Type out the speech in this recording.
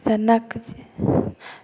Janak ji